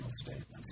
statements